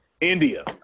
India